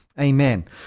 amen